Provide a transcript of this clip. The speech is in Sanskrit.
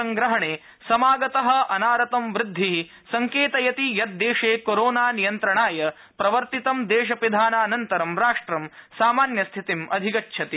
देशे गतमासत्रये करसंप्रहणे समागत अनारतं वृद्धि संकेतयति यत् देशे कोरोना नियन्त्रणाय प्रवर्तितं देशपिधानानन्तरं राष्ट्रं सामान्यस्थितिम् अधिगच्छति